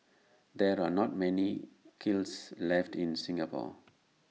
there are not many kilns left in Singapore